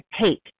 take